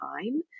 time